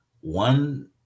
One